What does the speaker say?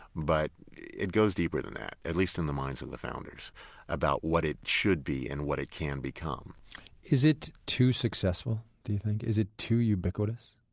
but it goes deeper than that at least in the minds of the founders about what it should be and what it can become is it too successful, do you think? is it too ubiquitous?